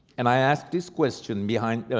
and i asked this question behind,